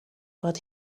but